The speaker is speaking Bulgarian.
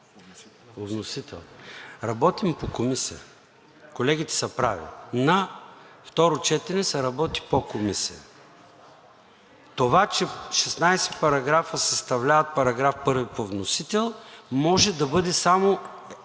Работим по Комисия, колегите са прави. На второ четене се работи по Комисия. Това, че 16 параграфа съставляват § 1 по вносител, може да бъде само